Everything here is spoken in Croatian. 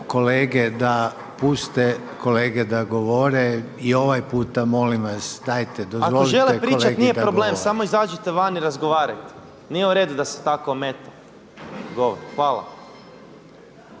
kolege da puste kolege da govore. I ovaj puta molim vas, dajte dozvolite kolegi da govori./… Ako žele pričati nije problem, samo izađite van i razgovarajte. Nije u redu da se tako o meni govori. Hvala.